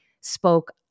spoke